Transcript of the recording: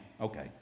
Okay